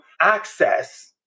access